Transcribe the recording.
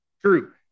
True